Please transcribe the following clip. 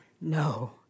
No